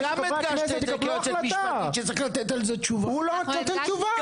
הוא לא נותן תשובה.